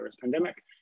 pandemic